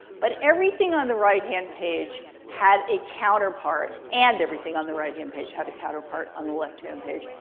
but everything on the right-hand page had a counterpart. and everything on the right-hand page had a counterpart on the left-hand page.